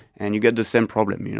and you get the same problem. you know